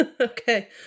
okay